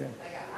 רגע,